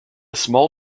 small